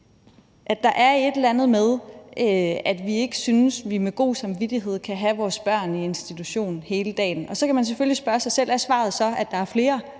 Der er et eller andet med, at vi ikke synes, at vi med god samvittighed kan have vores børn i institution hele dagen. Så kan man selvfølgelig spørge sig selv, om svaret så er, at der er flere,